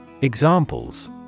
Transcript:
Examples